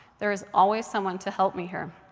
there is always someone to help me here,